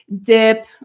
dip